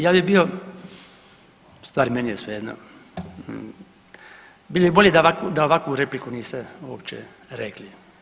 Ja bi bio u stvari meni je svejedno, bilo bi bolje da ovakvu repliku niste uopće rekli.